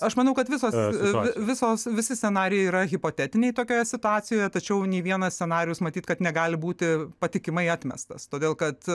aš manau kad visos visos visi scenarijai yra hipotetiniai tokioje situacijoje tačiau nė vienas scenarijus matyt kad negali būti patikimai atmestas todėl kad